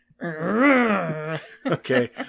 okay